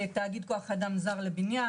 תאגיד כוח אדם זר לבניין,